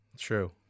True